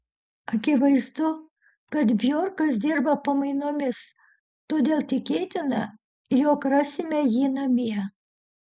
akivaizdu kad bjorkas dirba pamainomis todėl tikėtina jog rasime jį namie